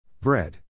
Bread